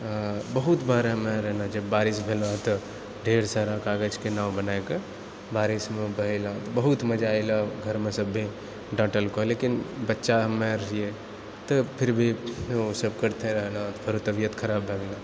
बहुत बार हमरा एहना भेलो है जब बारिश भेलौह तऽ ढ़ेर सारा कागजके नाव बनाइके बारिशमे बहेलहुँ बहुत मजा अएलहुँ घरमे सभी डँटलको लेकिन बच्चा हमे रहिऐ तऽ फिरभी ओसभ करिते रहलहुंँ आओर तबियत खराब भए गेलो